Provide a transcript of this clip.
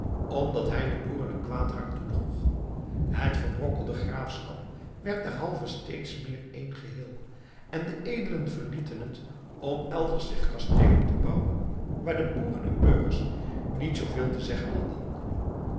omdat hij den boeren een kwaad hart toedroeg het verbrokkelde graafschap werd derhalve steeds meer een geheel en de edelen verlieten het om elders zich kasteelen te bouwen waar de boeren en burgers niet zooveel te zeggen hadden